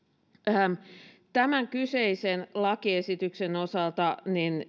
tämän kyseisen lakiesityksen osalta